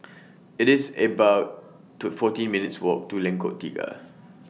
It's about to fourteen minutes' Walk to Lengkok Tiga